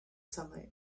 sunlight